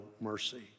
mercy